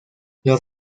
los